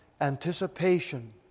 anticipation